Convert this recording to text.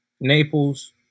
Naples